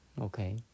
Okay